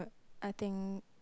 I think